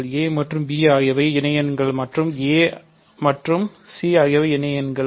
a மற்றும் b ஆகியவை இணைஎண்கள் மற்றும் a மற்றும் c இணைஎண்கள்